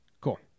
Cool